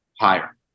higher